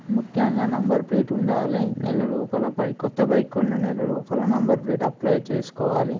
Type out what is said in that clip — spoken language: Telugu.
ముఖ్యంగా నెంబర్ ప్లేట్ ఉండాలి నెల లోపల బై కొత్త బైక్ కొన్న నెల లోపల నంబర్ ప్లేట్ అప్లై చేసుకోవాలి